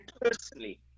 personally